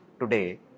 today